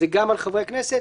על החילופים.